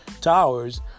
towers